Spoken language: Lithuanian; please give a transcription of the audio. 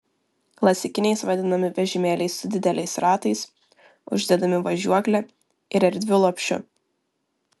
klasikiniais vadinami vežimėliai su dideliais ratais uždedama važiuokle ir erdviu lopšiu